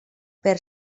per